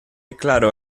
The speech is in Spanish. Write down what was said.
claro